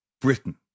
britain